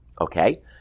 okay